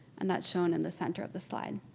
and that's shown in the center of the slide.